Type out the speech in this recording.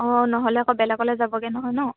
অঁ নহ'লে আকৌ বেলেগলৈ যাবগৈ নহয় ন